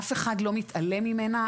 אף אחד לא מתעלם ממנה.